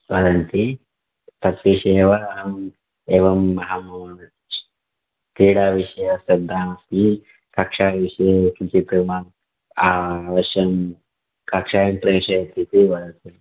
वदन्ति तद् विषये एव अहम् एवम् अहं क्रीडा विषये श्रद्धा अस्मि कक्षा विषये किञ्चित् मा अवश्यं कक्षायां प्रेषयतु इति वदतु